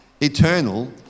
eternal